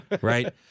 Right